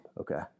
okay